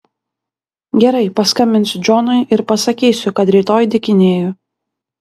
gerai paskambinsiu džonui ir pasakysiu kad rytoj dykinėju